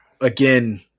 again